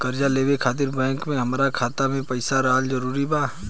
कर्जा लेवे खातिर बैंक मे हमरा खाता मे पईसा रहल जरूरी बा?